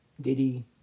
Diddy